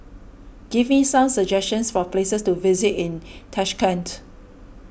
give me some suggestions for places to visit in Tashkent